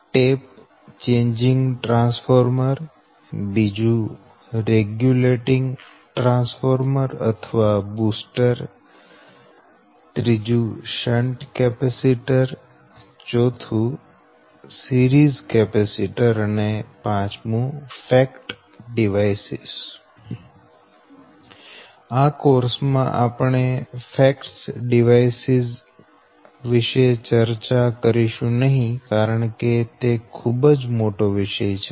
tap changing transformer regulating transformer અથવા booster shunt capacitor series capacitor અને FACTS devices આ course માં આપણે ફેક્ટસ ડીવાઈસ વિશે ચર્ચા કરીશું નહીં કારણ કે તે ખૂબ જ મોટો વિષય છે